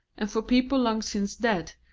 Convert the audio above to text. and for people long since dead,